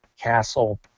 castle